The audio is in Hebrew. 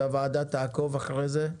והוועדה תעקוב אחרי זה,